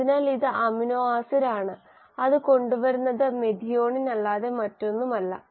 അതിനാൽ ഇത് അമിനോ ആസിഡാണ് അത് കൊണ്ടുവരുന്നത് മെഥിയോണിൻ അല്ലാതെ മറ്റൊന്നുമല്ല